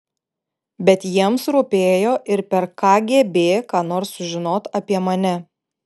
bet jiems rūpėjo ir per kgb ką nors sužinot apie mane